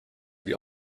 wie